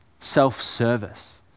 self-service